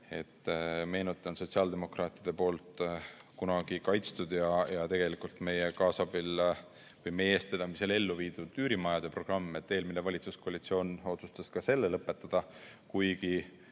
Meenutan sotsiaaldemokraatide poolt kunagi kaitstud ja tegelikult meie kaasabil või eestvedamisel ellu viidud üürimajade programmi. Eelmine valitsuskoalitsioon otsustas ka selle lõpetada, kuigi